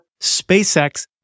SpaceX